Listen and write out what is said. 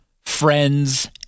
friends